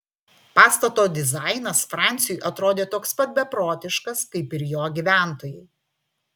pastato dizainas franciui atrodė toks pat beprotiškas kaip ir jo gyventojai